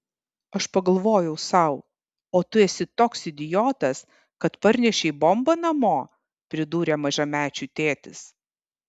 aš pagalvojau sau o tu esi toks idiotas kad parnešei bombą namo pridūrė mažamečių tėtis